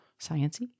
sciencey